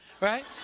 right